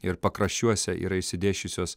ir pakraščiuose yra išsidėsčiusios